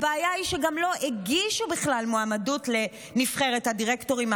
הבעיה היא שמהפריפריה כמעט בכלל לא הגישו מועמדות לנבחרת הדירקטורים.